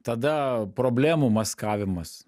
tada problemų maskavimas